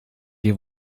you